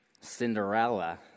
Cinderella